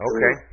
Okay